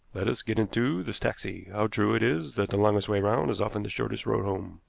let us get into this taxi. how true it is that the longest way round is often the shortest road home.